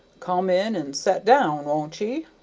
come in and set down, won't ye?